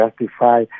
justify